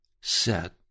set